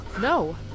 No